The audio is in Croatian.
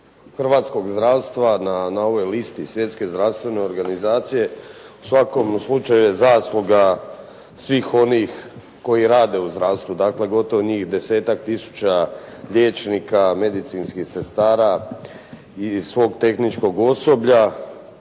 hrvatskog zdravstva na ovoj listi Svjetske zdravstvene organizacije u svakom slučaju je zasluga svih onih koji rade u zdravstvu. Dakle gotovo njih 10-tak tisuća liječnika, medicinskih sestara i svog tehničkog osoblja.